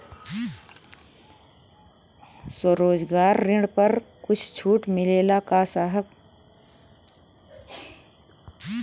स्वरोजगार ऋण पर कुछ छूट मिलेला का साहब?